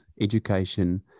education